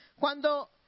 Cuando